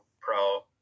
Pro